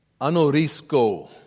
Anorisko